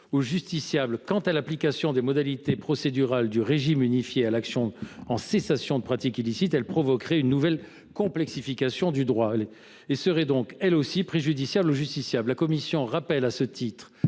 les justiciables. Quant à l’application des modalités procédurales du régime unifié à l’action en cessation d’agissements illicites, elle provoquerait une nouvelle complexification du droit et serait donc, elle aussi, préjudiciable aux justiciables. La commission rappelle, à ce titre,